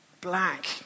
black